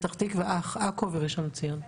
פתח תקווה, עכו וראשון לציון.